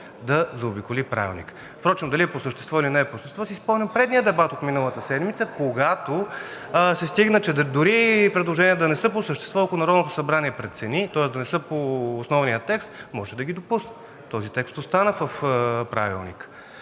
да заобиколи Правилника. Впрочем дали е по същество, или не е по същество, си спомням предния дебат от миналата седмица, когато се стигна, че дори и предложенията да не са по същество, ако Народното събрание прецени, тоест да не са по основния текст, може да ги допусне. Този текст остана в Правилника.